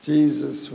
Jesus